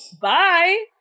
bye